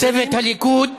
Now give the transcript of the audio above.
צוות הליכוד,